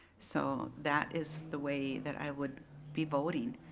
so, that is the way that i would be voting.